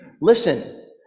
Listen